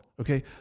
Okay